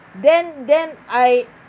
then then I